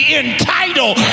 entitled